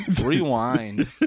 Rewind